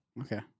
Okay